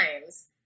times